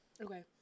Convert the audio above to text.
Okay